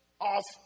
off